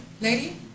lady